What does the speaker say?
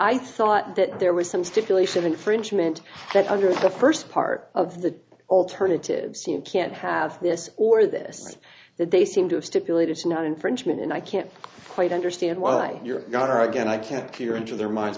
i thought that there was some stipulation of infringement that under the first part of the alternative seemed can't have this or this or that they seem to have stipulated to not infringement and i can't quite understand why you're not are again i can't clear into their minds